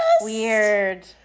Weird